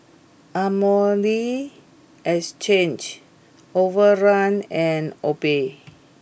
Armani Exchange Overrun and Obey